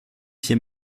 hier